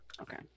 Okay